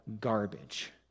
garbage